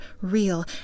real